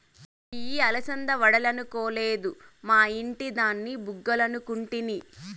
ఇయ్యి అలసంద వడలనుకొలేదు, మా ఇంటి దాని బుగ్గలనుకుంటిని